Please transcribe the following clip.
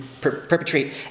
perpetrate